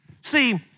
See